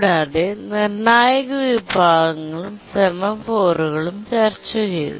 കൂടാതെ നിർണായക വിഭാഗങ്ങളും സെമാഫോറുകളും ചർച്ചചെയ്തു